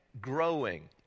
growing